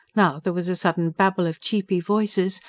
now there was a sudden babble of cheepy voices,